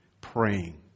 praying